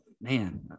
Man